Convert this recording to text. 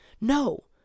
No